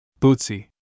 Bootsy